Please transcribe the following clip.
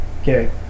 Okay